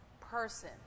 person